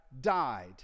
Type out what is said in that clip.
died